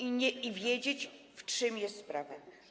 i wiedzieć, w czym jest sprawa?